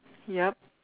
yup